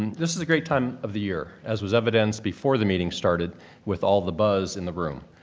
this is a great time of the year, as was evidenced before the meeting started with all the buzz in the room.